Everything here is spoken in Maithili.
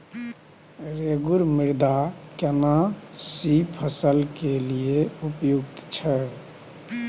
रेगुर मृदा केना सी फसल के लिये उपयुक्त छै?